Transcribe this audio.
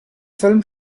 film